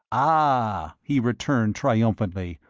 ah, he returned, triumphantly,